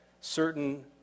certain